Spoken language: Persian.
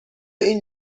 این